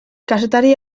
kazetari